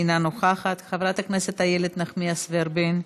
אינה נוכחת, חברת הכנסת איילת נחמיאס ורבין,